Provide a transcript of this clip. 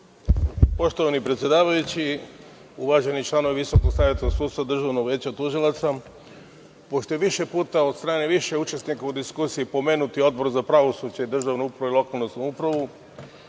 Poštovani predsedavajući, uvaženi članovi Visokog saveta sudstva, Državnog veća tužilaca, pošto je više puta od strane više učesnika u diskusiju pomenut Odbor za pravosuđe i državnu upravu i lokalnu samoupravu,